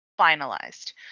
finalized